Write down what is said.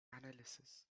analysis